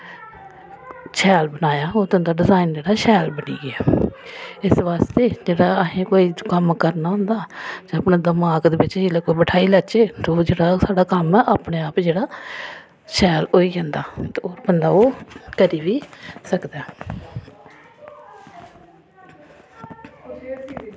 शैल बनाया ओह् तुं'दा डिजाइन जेह्ड़ा शैल बनी गेआ इस बास्ते जेह्ड़ा अहें कोई कम्म करना होंदा जां अपने दमाक दे बिच्च जिल्लै कोई बठ्हाई लैच्चे ते ओह् जेह्ड़ा ओह् साढ़ा कम्म अपने आप जेह्ड़ा शैल होई जंदा ते बंदा ओह् करी बी सकदा ऐ